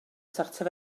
sortio